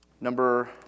Number